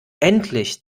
endlich